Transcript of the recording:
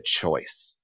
choice